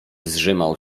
zżymał